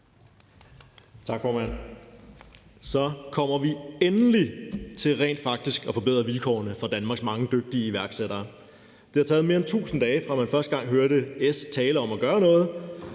Tak, formand. Så kommer vi endelig til rent faktisk at forbedre vilkårene for Danmarks mange dygtige iværksættere. Det har taget mere end 1000 dage, fra man første gang hørte S tale om at gøre noget,